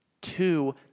Two